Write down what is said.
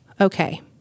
okay